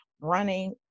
running